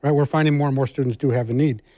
but we're finding more and more students to have a need.